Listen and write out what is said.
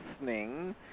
listening